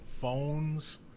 phones